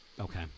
Okay